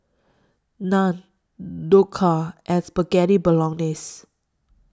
Naan Dhokla and Spaghetti Bolognese